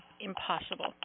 impossible